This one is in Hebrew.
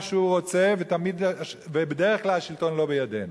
שהוא רוצה ובדרך כלל השלטון לא בידינו.